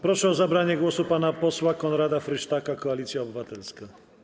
Proszę o zabranie głosu pana posła Konrada Frysztaka, Koalicja Obywatelska.